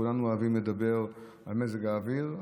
כולנו אוהבים לדבר על מזג האוויר,